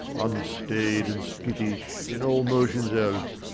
unstaid and skittish in all motions else,